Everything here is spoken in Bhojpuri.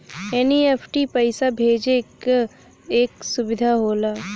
एन.ई.एफ.टी पइसा भेजे क एक सुविधा होला